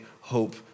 hope